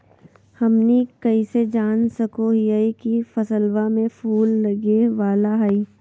हमनी कइसे जान सको हीयइ की फसलबा में फूल लगे वाला हइ?